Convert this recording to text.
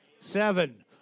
seven